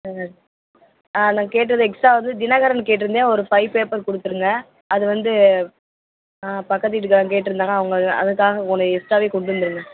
ம் ஆ நான் கேட்டது எக்ஸ்ட்ரா வந்து தினகரன் கேட்டிருந்தேன் ஒரு ஃபை பேப்பர் கொடுத்துருங்க அது வந்து பக்கத்து வீட்டுக்காரங்கள் கேட்டிருந்தாங்க அவங்க அதுக்காக ஒன்று எக்ஸ்ட்ராவே கொண்டு வந்துடுங்க